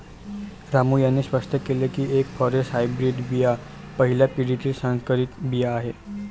रामू यांनी स्पष्ट केले की एफ फॉरेस्ट हायब्रीड बिया पहिल्या पिढीतील संकरित बिया आहेत